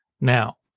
Now